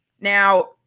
now